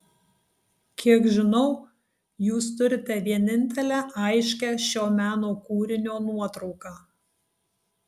kiek žinau jūs turite vienintelę aiškią šio meno kūrinio nuotrauką